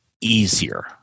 easier